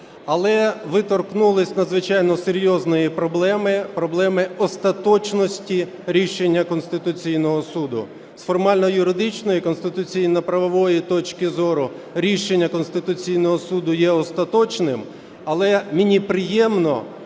Але ви торкнулись надзвичайно серйозної проблеми, проблеми остаточності рішення Конституційного Суду. З формально-юридичної конституційно-правової точки зору рішення Конституційного Суду є остаточним. Але мені приємно,